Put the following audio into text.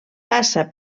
passa